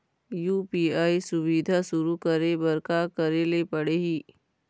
UPI सुविधा शुरू करे बर का करे ले पड़ही?